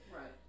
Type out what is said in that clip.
Right